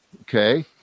okay